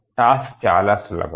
task చాలా సులభం